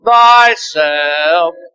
Thyself